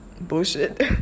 bullshit